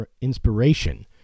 inspiration